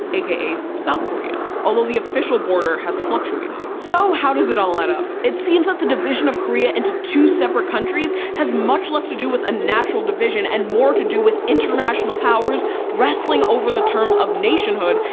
aka south korea although the official border has fluctuated. so, how does it all add up? it seems that the division of korea into two separate countries has much less to do with a natural division and more to do with international powers wrestling over the terms of nationhood,